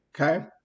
Okay